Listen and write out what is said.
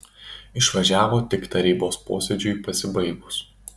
išvažiavo tik tarybos posėdžiui pasibaigus